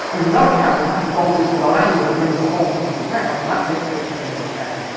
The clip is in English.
there's another camera, that's actually bolted to the lander, that brings the whole thing to the ground, and that takes pictures on the way down.